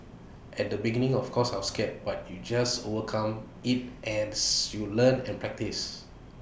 at the beginning of course I was scared but you just overcome IT as you learn and practice